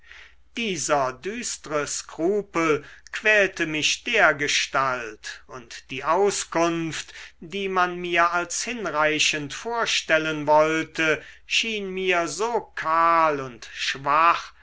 dieser düstre skrupel quälte mich dergestalt und die auskunft die man mir als hinreichend vorstellen wollte schien mir so kahl und schwach